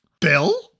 Bill